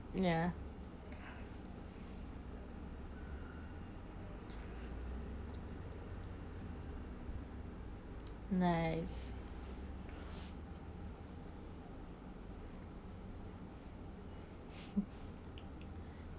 ya nice